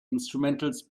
instrumentals